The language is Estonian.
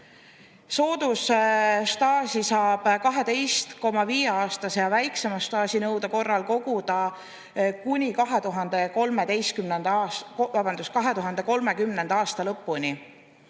Soodusstaaži saab 12,5‑aastase ja väiksema staažinõude korral koguda kuni 2030. aasta lõpuni.